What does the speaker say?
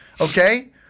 okay